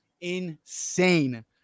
insane